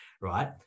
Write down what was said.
right